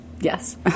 Yes